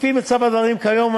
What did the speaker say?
לפי מצב הדברים כיום,